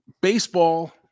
baseball